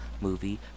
movie